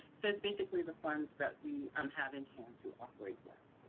so it s basically the funds that we um have in hand to operate with.